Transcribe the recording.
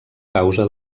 causa